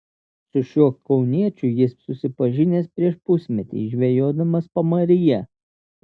su šiuo kauniečiu jis susipažinęs prieš pusmetį žvejodamas pamaryje